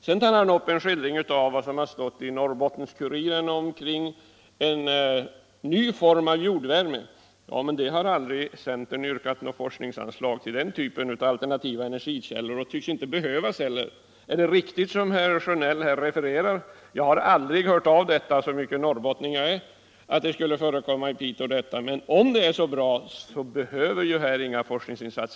Sedan tog herr Sjönell upp en skildring av vad som stått i Norrbottens Kuriren om en ny form av uppvärmning av egnahem. Men centern har aldrig yrkat på något forskningsanslag till den typen av alternativa energikällor, och det tycks inte behövas heller. Är det riktigt som herr Sjönell refererar — jag har aldrig, så mycket norrbottning jag är, hört talas om att detta skulle förekomma i Piteå — och om jorduppvärmning är så bra som här sägs, så behöver inga forskningsinsatser göras.